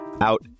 out